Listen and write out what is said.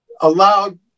allowed